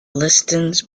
listings